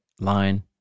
line